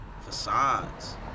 facades